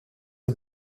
een